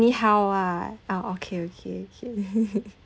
anyhow ah ah okay okay okay